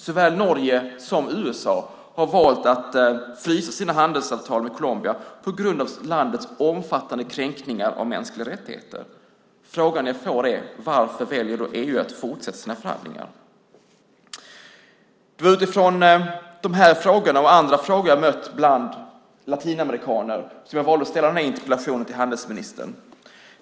Såväl Norge som USA har valt att frysa sina handelsavtal med Colombia på grund av landets omfattande kränkningar av mänskliga rättigheter. Frågan jag får är: Varför väljer EU att fortsätta sina förhandlingar? Det är utifrån dessa och andra frågor som jag har mött hos latinamerikaner som jag har valt att ställa den här interpellationen till handelsministern.